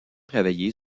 travaillé